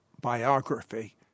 biography